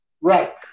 Right